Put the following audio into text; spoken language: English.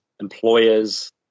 employers